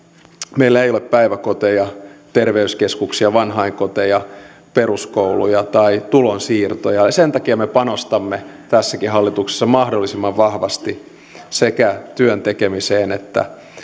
meillä ei ole päiväkoteja terveyskeskuksia vanhainkoteja peruskouluja tai tulonsiirtoja ja ja sen takia me panostamme tässäkin hallituksessa mahdollisimman vahvasti sekä työn tekemiseen että